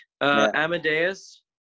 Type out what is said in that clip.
Amadeus